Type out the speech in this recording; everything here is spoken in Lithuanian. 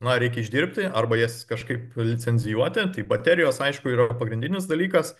na reikia išdirbti arba jas kažkaip licencijuoti tai baterijos aišku yra pagrindinis dalykas